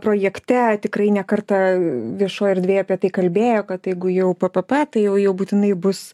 projekte tikrai ne kartą viešoj erdvėje apie tai kalbėjo kad jeigu jau ppp tai jau jau būtinai bus